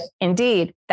indeed